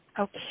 Okay